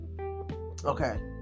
okay